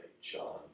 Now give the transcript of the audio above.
John